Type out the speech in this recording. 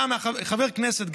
חבר כנסת,